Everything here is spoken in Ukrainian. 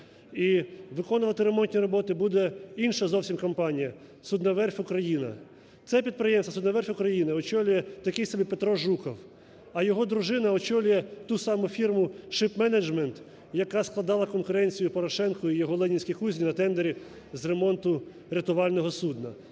І виконувати ремонтні роботи буде інша зовсім компанія "Судноверф Україна". Це підприємство "Судноверф Україна" очолює такий собі Петро Жуков, а його дружина очолює ту саму фірму "Shipmanagement", яка складала конкуренцію Порошенку і його "Ленінській кузні" на тендері з ремонту рятувального судна.